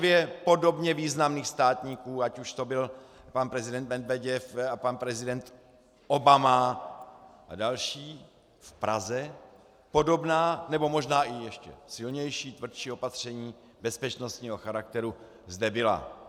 Při návštěvě podobně významných státníků, ať už to byl pan prezident Medveděv a pan prezident Obama a další v Praze, podobná nebo možná i ještě silnější, tvrdší opatření bezpečnostního charakteru zde byla.